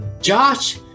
Josh